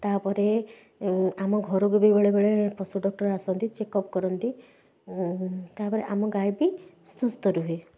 ତା'ପରେ ଆମ ଘରକୁ ବି ବେଳେ ବେଳେ ପଶୁ ଡକ୍ଟର ଆସନ୍ତି ଚେକଅପ୍ କରନ୍ତି ତା'ପରେ ଆମ ଗାଈ ବି ସୁସ୍ଥ ରୁହେ